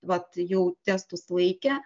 vat jau testus laikė